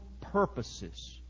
purposes